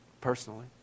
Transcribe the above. personally